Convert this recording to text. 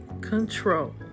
control